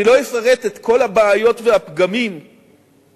אני לא אפרט את כל הבעיות והפגמים שמצאנו